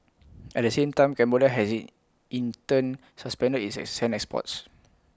at the same time Cambodia has IT in turn suspended its IT sand exports